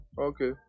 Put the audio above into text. okay